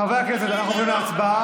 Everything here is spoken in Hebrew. חברי הכנסת, אנחנו עוברים להצבעה.